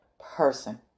person